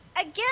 again